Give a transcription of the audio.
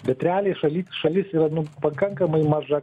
bet realiai šaly šalis yra pakankamai maža